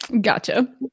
Gotcha